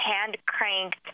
hand-cranked